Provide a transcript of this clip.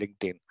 LinkedIn